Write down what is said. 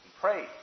pray